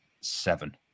seven